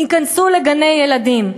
ייכנסו לגני-ילדים.